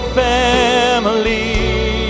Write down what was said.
family